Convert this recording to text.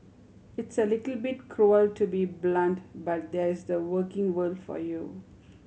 it's a little bit cruel to be blunt but that's the working world for you